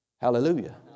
Hallelujah